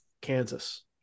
Kansas